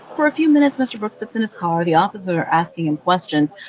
for a few minutes, mr. brooks sits in his car, the officer asking him questions.